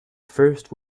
first